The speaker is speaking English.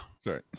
sorry